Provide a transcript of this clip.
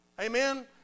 amen